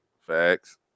Facts